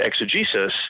exegesis